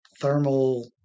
thermal